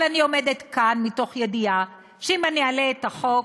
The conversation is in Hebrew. אבל אני עומדת כאן מתוך ידיעה שאם אני אעלה את החוק,